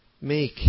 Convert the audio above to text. make